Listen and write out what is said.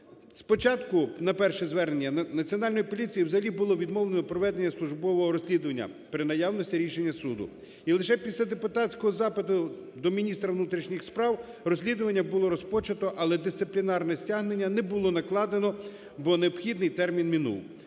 Спочатку на перше звернення Національною поліцією взагалі було відмовлено проведення службового розслідування при наявності рішення суду. І лише після депутатського запиту до міністра внутрішніх справ розслідування було розпочато, але дисциплінарне стягнення не було накладено, бо необхідний термін минув.